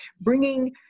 Bringing